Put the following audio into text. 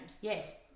Yes